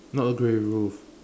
not a grey roof